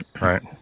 Right